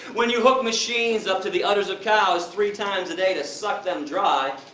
when you hook machines up to the udders of cows three times a day to suck them dry,